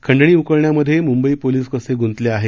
खंडणी उकळण्यामधे मुंबई पोलीस कसे गुंतले आहेत